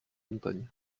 montagnes